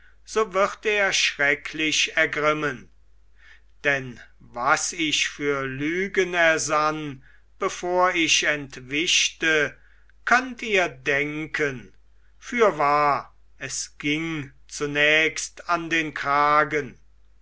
so wird er schrecklich ergrimmen denn was ich für lügen ersann bevor ich entwischte könnt ihr denken fürwahr es ging zunächst an den kragen